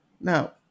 Now